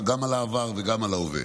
גם על העבר וגם על ההווה.